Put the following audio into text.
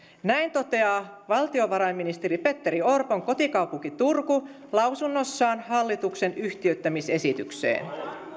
näin toteaa valtiovarainministeri petteri orpon kotikaupunki turku lausunnossaan hallituksen yhtiöittämisesitykseen